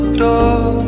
door